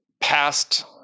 past